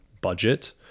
budget